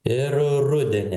ir rudenį